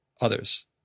others